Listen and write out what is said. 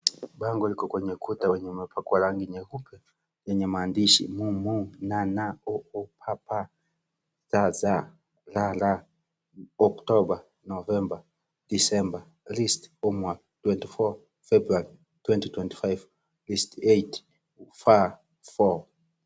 Bango liko kwenye ukuta wenye umepakwa rangi nyeupe yenye maandishi Mm , NA na, Oo. PA pa, ZA za, RA ra October, November, December. List, Homework 24 february 2025. List 8 far for .